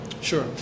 Sure